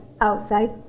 outside